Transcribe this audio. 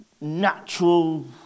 natural